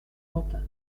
quentin